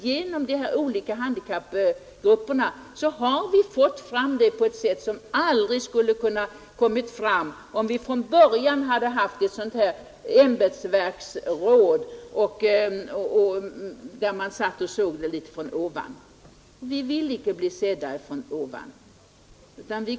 Genom de olika handikappgrupperna har mycket vunnits som aldrig skulle ha kommit fram om vi från början hade haft ett ämbetsverksråd som såg problemen litet från ovan. Vi vill icke bli sedda från ovan.